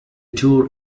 tour